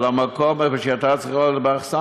במקום שבו היא הייתה צריכה להיות באכסניה.